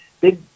big